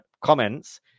comments